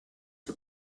for